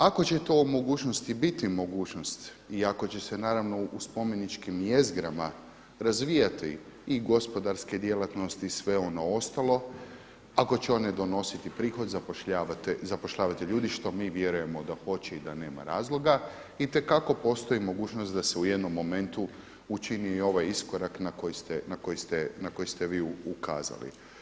Ako će to u mogućnosti biti mogućnost i ako će se naravno u spomeničkim jezgrama razvijati i gospodarske djelatnosti i sve ono ostalo, ako će one donositi prihod, zapošljavati ljude što mi vjerujemo da hoće i da nema razloga itekako postoji mogućnost da se u jednom momentu učini i ovaj iskorak na koji ste vi ukazali.